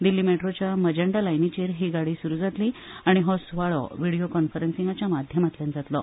दिल्ली मेट्रोच्या मजेंटा लायनीचेर ही गाडी सुरू जातली आनी हो सुवाळो व्हिडिओ कॉन्फरन्सींगाच्या माध्यमांतल्यान जातलो